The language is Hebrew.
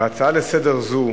בהצעה זו לסדר-היום